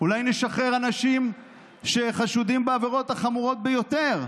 אולי נשחרר אנשים שחשודים בעבירות החמורות ביותר.